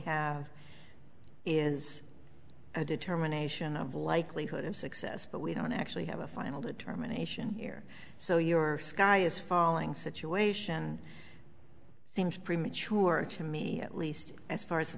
have is a determination of likelihood of success but we don't actually have a final determination here so your sky is falling situation i think premature to me at least as far as the